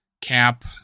cap